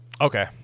okay